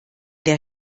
der